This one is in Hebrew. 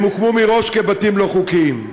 הם הוקמו מראש כבתים לא חוקיים.